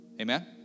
Amen